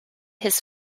his